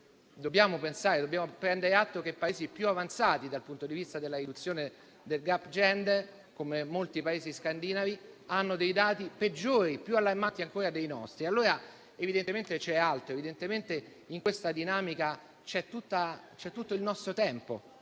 dobbiamo prendere atto del fatto che Paesi più avanzati dal punto di vista della riduzione del *gender gap,* come molti di quelli scandinavi, hanno dati peggiori e più allarmanti dei nostri. Allora evidentemente c'è dell'altro; in questa dinamica c'è tutto il nostro tempo,